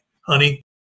honey